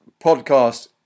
podcast